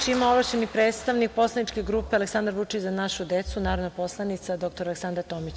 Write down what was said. Reč ima ovlašćeni predstavnik Poslaničke grupe Aleksandar Vučić – Za našu decu, narodna poslanica dr Aleksandra Tomić.